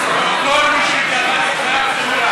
וכל מי שהתחייבתם אליו,